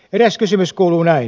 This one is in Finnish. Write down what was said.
eräs kysymys kuuluu näin